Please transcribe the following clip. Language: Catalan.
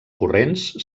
corrents